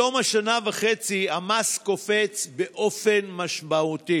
בתום השנה וחצי, המס קופץ באופן משמעותי.